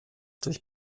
durch